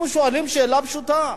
אנחנו שואלים שאלה פשוטה.